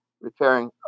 repairing